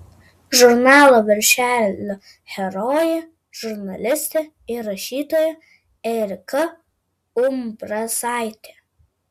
žurnalo viršelio herojė žurnalistė ir rašytoja erika umbrasaitė